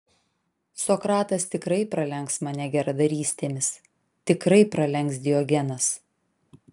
sokratas tikrai pralenks mane geradarystėmis tikrai pralenks diogenas